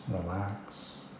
relax